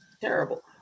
terrible